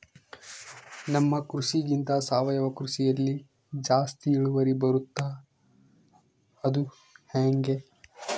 ನಮ್ಮ ಕೃಷಿಗಿಂತ ಸಾವಯವ ಕೃಷಿಯಲ್ಲಿ ಜಾಸ್ತಿ ಇಳುವರಿ ಬರುತ್ತಾ ಅದು ಹೆಂಗೆ?